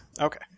Okay